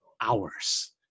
hours